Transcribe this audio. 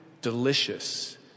delicious